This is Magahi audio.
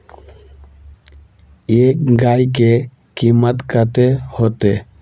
एक गाय के कीमत कते होते?